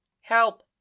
Help